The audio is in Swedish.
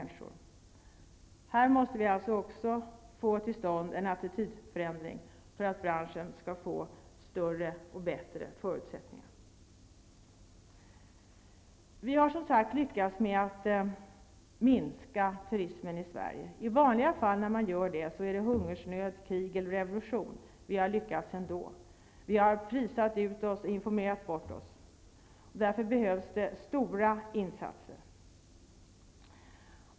Också här måste vi få till stånd en attitydförändring för att branschen skall få större och bättre förutsättningar. Vi har som sagt lyckats med att minska turismen i Sverige. I vanliga fall när detta händer är det hungersnöd, krig eller revolution, men vi har lyckats ändå. Vi har prisat ut oss och informerat bort oss. Därför behövs stora insatser.